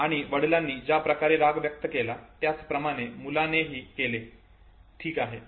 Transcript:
आणि वडिलांनी ज्या प्रकारे आपला राग व्यक्त केला त्याप्रमाणेच मुलानेही केले ठीक आहे